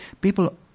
People